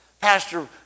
Pastor